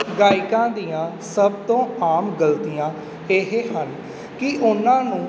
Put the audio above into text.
ਗਾਇਕਾਂ ਦੀਆਂ ਸਭ ਤੋਂ ਆਮ ਗਲਤੀਆਂ ਇਹ ਹਨ ਕਿ ਉਹਨਾਂ ਨੂੰ